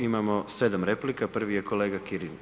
Imamo 7 replika, prvi je kolega Kirin.